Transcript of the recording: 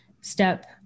step